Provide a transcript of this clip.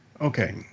Okay